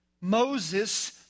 Moses